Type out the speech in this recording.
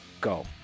go